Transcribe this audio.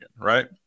right